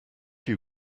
you